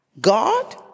God